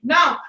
Now